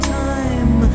time